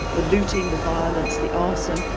the looting, the violence, the arson.